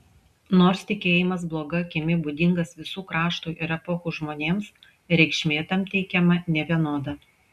nors tikėjimas bloga akimi būdingas visų kraštų ir epochų žmonėms reikšmė tam teikiama nevienoda